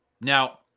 now